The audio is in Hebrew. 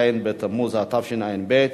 אין מתנגדים.